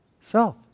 self